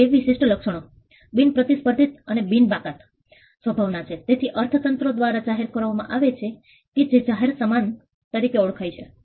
આ બે વિશિષ્ટ લક્ષણો બિન પ્રતિસ્પર્ધી અને બિન બાકાત સ્વભાવ ના છે જેને અર્થતંત્ર દ્વારા જાહેર કરવામાં આવે છે જે જાહેર સામાન તરીકે ઓળખાય છે